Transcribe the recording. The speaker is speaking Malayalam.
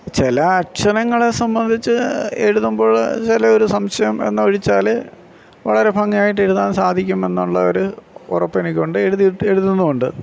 ചില അക്ഷരങ്ങളെ സംബന്ധിച്ച് എഴുതുമ്പോൾ ചില ഒരു സംശയം എന്നൊഴിച്ചാൽ വളരെ ഭംഗിയായിട്ട് എഴുതാൻ സാധിക്കും എന്നുള്ള ഒരു ഉറപ്പ് എനിക്കുണ്ട് എഴുത് എഴുതുന്നും ഉണ്ട്